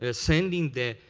ah sending the